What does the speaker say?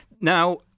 Now